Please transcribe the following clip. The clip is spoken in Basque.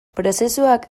prozesuak